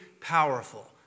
powerful